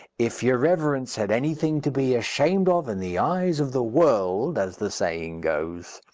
if your reverence had anything to be ashamed of in the eyes of the world, as the saying goes.